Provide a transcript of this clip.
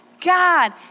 God